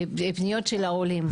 פניות של עולים,